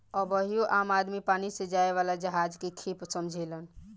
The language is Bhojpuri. अबहियो आम आदमी पानी से जाए वाला जहाज के खेप समझेलेन